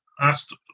asked